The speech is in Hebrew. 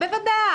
בואו